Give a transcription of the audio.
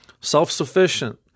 self-sufficient